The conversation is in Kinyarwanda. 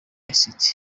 city